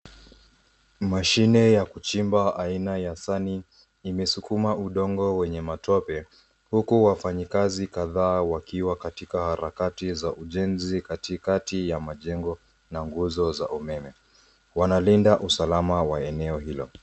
Mashine ya kuchimba aina ya SANY imesukuma udongo wenye matope huku wafanyikazi kadhaa wakiwa katika harakati za ujenzi katikati ya majengo na nguzo za umeme. Wanalinda usalama wa eneo hilo.